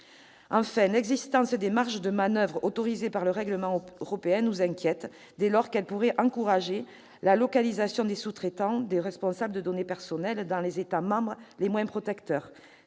Enfin, l'existence de marges de manoeuvre autorisées par le règlement européen nous inquiète, dès lors que celles-ci pourraient encourager la localisation de sous-traitants des responsables de données personnelles dans les États membres les moins protecteurs.